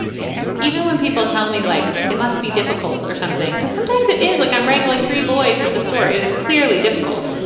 yes even when people tell me like it must be difficult or something, because sometimes it is like i'm wrangling three boys at the store. it is clearly difficult.